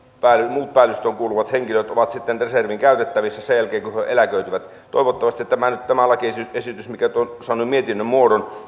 muut päällystöön kuuluvat henkilöt ovat sitten reservin käytettävissä sen jälkeen kun he eläköityvät toivottavasti tämä lakiesitys mikä nyt on saanut mietinnön muodon